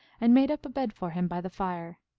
and made up a bed for him by the fire.